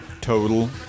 Total